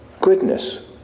goodness